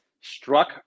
struck